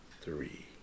three